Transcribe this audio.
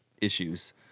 issues